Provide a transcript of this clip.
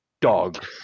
Dog